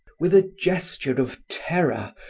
with a gesture of terror,